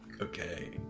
Okay